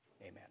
Amen